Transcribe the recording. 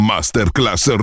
Masterclass